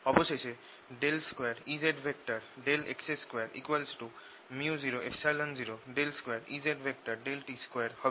অবশেষে 2Ezx2 µ002Ezt2 হবে